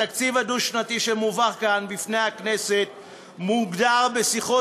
התקציב הדו-שנתי שמובא כאן בפני הכנסת מוגדר בשיחות